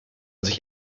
sich